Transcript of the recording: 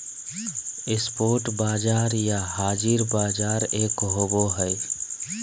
spot बाजार या हाज़िर बाजार एक होबो हइ